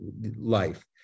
life